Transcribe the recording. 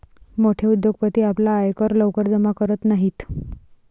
मोठे उद्योगपती आपला आयकर लवकर जमा करत नाहीत